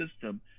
system